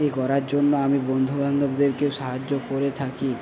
এ করার জন্য আমি বন্ধু বান্ধবদেরকেও সাহায্য করে থাকি